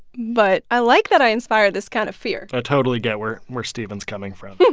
but i like that i inspire this kind of fear i totally get where where stephen's coming from